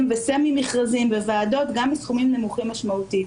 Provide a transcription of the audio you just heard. וסמי-מכרזים וועדות גם בסכומים נמוכים משמעותית.